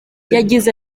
yagize